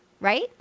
Right